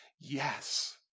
yes